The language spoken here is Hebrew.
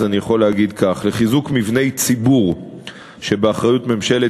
אני יכול להגיד כך: לחיזוק מבני ציבור שבאחריות ממשלת